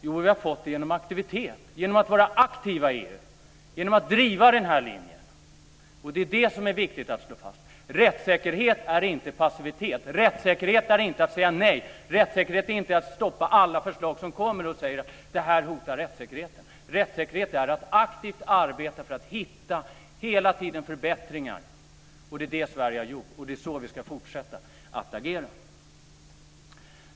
Jo, vi har fått det genom aktivitet, genom att vara aktiva i EU, genom att driva den här linjen. Det är det som är viktigt att slå fast: rättssäkerhet är inte passivitet; rättssäkerhet är inte att säga nej; rättssäkerhet är inte att stoppa alla förslag som kommer och säga att de hotar rättssäkerheten. Rättssäkerhet är att aktivt arbeta för att hela tiden hitta förbättringar. Det är det Sverige har gjort. Det är så vi ska fortsätta att agera.